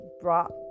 brought